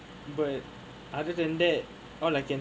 but other than that all I can